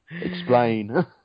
Explain